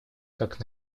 как